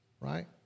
right